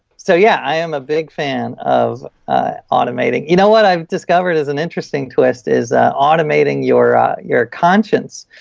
so yeah, i am a big fan of ah automating. you know what i've discovered is an interesting twist, is automating your ah your conscience.